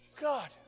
God